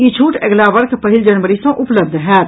ई छूट अगिला वर्ष पहिल जनवरी सँ उपलब्ध होयत